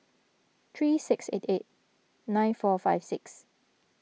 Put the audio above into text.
three six eight eight nine four five six